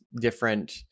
different